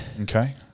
Okay